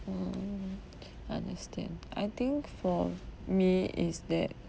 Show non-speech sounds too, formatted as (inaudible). mm (breath) I understand I think for me is that